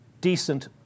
decent